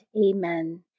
Amen